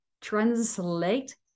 translate